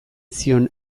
zion